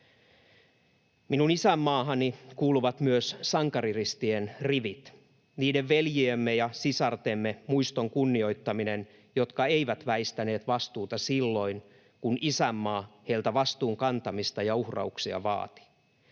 Minun isänmaahani kuuluvat myös sankariristien rivit. Niiden veljiemme ja sisartemme muiston kunnioittaminen, jotka eivät väistäneet vastuuta silloin kun isänmaa heiltä vastuun kantamista ja uhrauksia vaati,